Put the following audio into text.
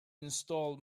installed